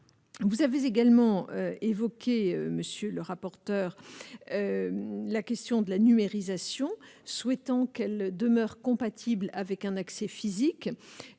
vous avez également évoqué, monsieur le rapporteur, la question de la numérisation, souhaitant qu'elle demeure compatible avec un accès physique,